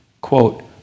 quote